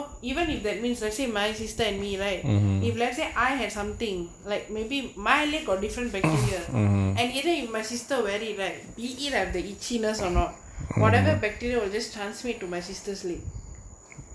even if that means let's my sister and me right if let's say I have something like maybe my lip got different bacteria and either my sister very right be he left the itchiness or not whatever bacteria all just transmit to my sister's lip